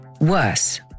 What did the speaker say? Worse